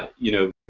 ah you know?